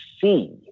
see